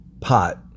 pot